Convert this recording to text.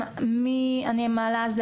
אני מעלה את זה